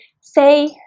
say